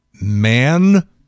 man